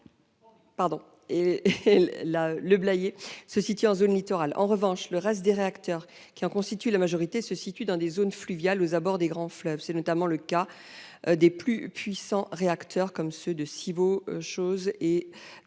et Le Blayais sont situés en zone littorale. Le reste des réacteurs, qui en constituent la majorité, se situent dans des zones fluviales, aux abords des grands fleuves. C'est notamment le cas des plus puissants réacteurs, comme ceux de Civaux ou Chooz,